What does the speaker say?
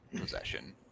possession